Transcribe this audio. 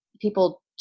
people